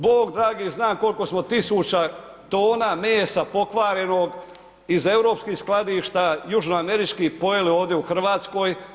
Bog dragi zna koliko smo tisuća tona mesa pokvarenog iz europskih skladišta, južnoameričkih pojeli ovdje u Hrvatskoj.